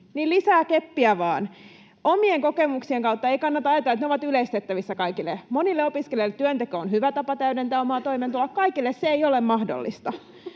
lisää keppiä vaan. Omien kokemuksien kautta ei kannata ajatella, että ne ovat yleistettävissä kaikille. Monille opiskelijoille työnteko on hyvä tapa täydentää omaa toimeentuloa. Kaikille se ei ole mahdollista.